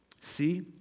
See